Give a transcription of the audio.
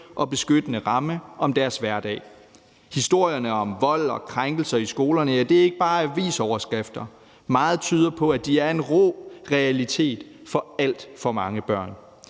og beskyttende ramme om deres hverdag. Historierne om vold og krænkelser i skolerne er ikke bare avisoverskrifter. Meget tyder på, at de er en rå realitet for alt for mange børn.